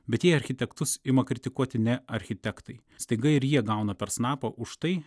bet jei architektus ima kritikuoti ne architektai staiga ir jie gauna per snapą už tai